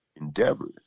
endeavors